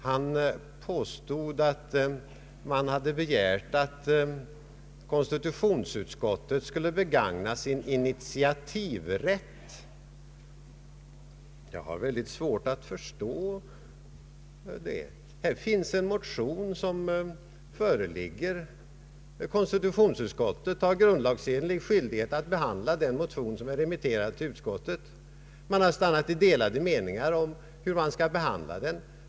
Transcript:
Han påstod att man hade begärt att konstitutionsutskottet skulle begagna sin initiativrätt. Detta har jag väldigt svårt att förstå. Här finns en motion, och konstitiutionsutskottet har grundlagsenlig skyldighet att behandla en motion, som är remitterad till utskottet. Man har stannat i delade meningar om hur man skall behandla motionen.